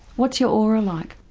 what's your aura like?